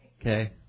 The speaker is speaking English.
Okay